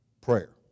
prayer